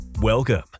Welcome